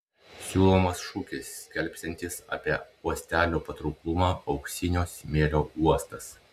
siūlomas šūkis skelbsiantis apie uostelio patrauklumą auksinio smėlio uostas